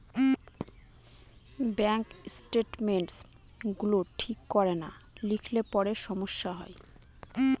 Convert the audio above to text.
bank statements গুলো ঠিক করে না লিখলে পরে সমস্যা হয়